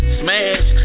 smash